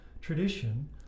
tradition